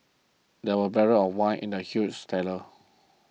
there were barrels of wine in the huge cellar